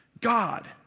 God